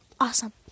Awesome